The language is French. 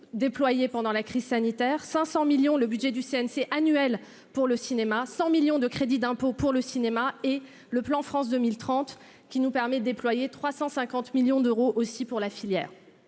déployés pendant la crise sanitaire 500 millions le budget du CNC pour le cinéma 100 millions de crédits d'impôts pour le cinéma et le plan France 2030, qui nous permet de déployer 350 millions d'euros aussi pour la filière